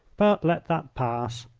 but let that pass.